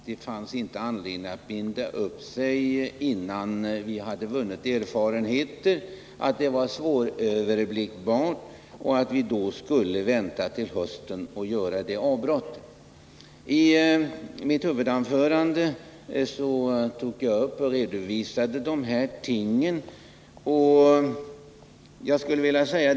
Herr talman! Utskottets värderade ordförande anförde när det gäller P 80 och anställningsgarantin att det inte finns anledning att binda upp sig innan erfarenheter har vunnits, att det var svåröverblickbart och att vi därför skulle vänta till hösten med avbrott som följd. I mitt huvudanförande redovisade jag detta.